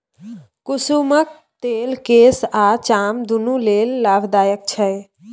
कुसुमक तेल केस आ चाम दुनु लेल लाभदायक छै